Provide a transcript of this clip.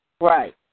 Right